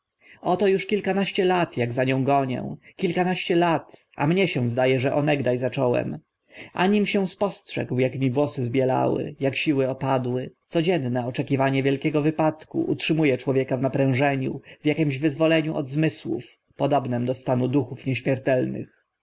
oto uż kilkanaście lat ak za nią gonię kilkanaście lat a mnie się zda e że onegda zacząłem anim się spostrzegł ak mi włosy zbielały ak siły opadły codzienne oczekiwanie wielkiego wypadku utrzymu e człowieka w naprężeniu w akimś wyzwoleniu od zmysłów podobnym do stanu duchów nieśmiertelnych